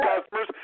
customers